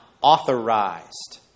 authorized